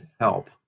help